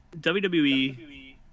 wwe